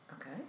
Okay